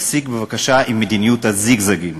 תפסיק בבקשה עם מדיניות הזיגזגים.